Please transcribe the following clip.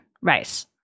rice